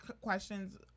questions